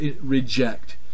reject